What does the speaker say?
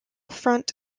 front